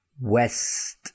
west